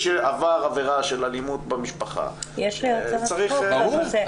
שעבר עבירה של אלימות במשפחה צריך שיקום.